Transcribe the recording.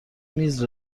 میز